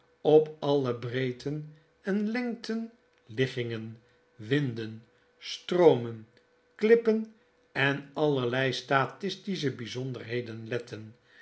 op alle breedten en lengten liggingeti winden stroomen klippen en allerlei statistische byzonderheden letten